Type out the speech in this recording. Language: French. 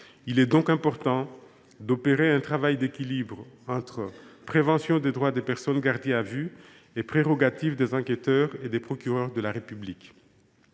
Il est donc important d’opérer un travail d’équilibre entre préservation des droits des personnes gardées à vue et prérogatives des enquêteurs et des procureurs de la République.